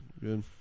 Good